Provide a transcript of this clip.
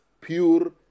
pure